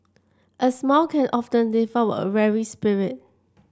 a smile can often lift up a weary spirit